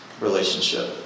relationship